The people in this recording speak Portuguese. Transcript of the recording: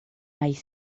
mais